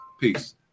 Peace